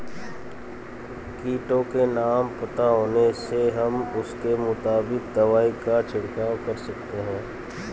कीटों के नाम पता होने से हम उसके मुताबिक दवाई का छिड़काव कर सकते हैं